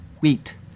wheat